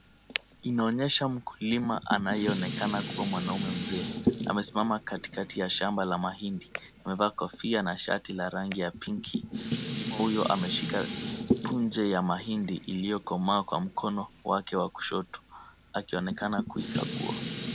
Inaonyesha mkulima anayeonekana kuwa mwanaume mzee amesimama katikati ya shamba la mahindi. Amevaa kofia na shati la rangi ya pinki. Mkulima huyo ameshika punje la mahindi iliyokomaa kwa mkono wake wa kushoto akionekana kuikagua.